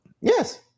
Yes